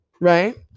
right